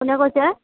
কোনে কৈছে